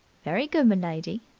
very good, m'lady.